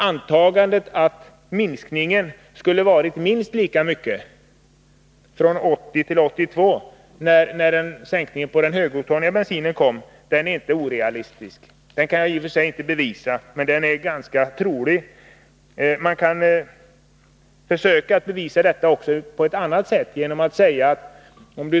Antagandet att minskningen skulle varit minst lika stor från 1980 till 1982, när sänkningen på den högoktaniga bensinen kom, är inte orealistisk. I och för sig kan jag inte bevisa detta, men det är ganska troligt att det rör sig om en sådan sänkning. Man kan försöka bevisa det på ett annat sätt.